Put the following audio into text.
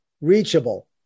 reachable